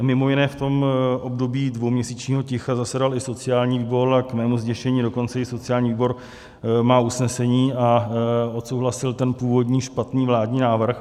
Mimo jiné v tom období dvouměsíčního ticha zasedal i sociální výbor, a k mému zděšení dokonce i sociální výbor má usnesení a odsouhlasil ten původní špatný vládní návrh.